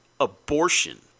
abortion